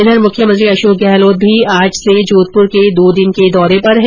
इधर मुख्यमंत्री अशोक गहलोत भी आज से जोघपुर के दो दिन के दौरे पर है